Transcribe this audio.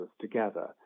together